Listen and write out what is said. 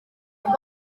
babo